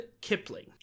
kipling